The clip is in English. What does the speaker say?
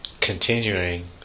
continuing